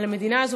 על המדינה הזאת,